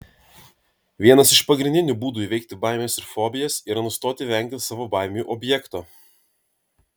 vienas iš pagrindinių būdų įveikti baimes ir fobijas yra nustoti vengti savo baimių objekto